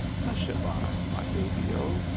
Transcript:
hush-a-by, my baby o!